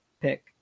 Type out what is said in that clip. pick